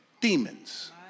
demons